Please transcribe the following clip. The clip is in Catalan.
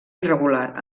irregular